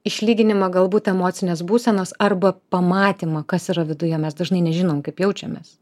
išlyginimą galbūt emocinės būsenos arba pamatymą kas yra viduje mes dažnai nežinom kaip jaučiamės